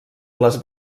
les